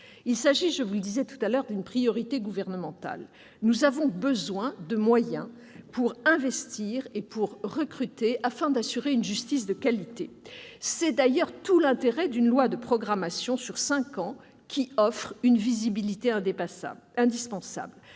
Il s'agit, je l'ai indiqué, d'une priorité gouvernementale. Nous avons besoin de moyens pour investir et pour recruter, afin d'assurer une justice de qualité. C'est tout l'intérêt d'une loi de programmation sur cinq ans, qui offre une visibilité indispensable.